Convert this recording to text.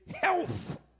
health